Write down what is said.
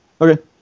Okay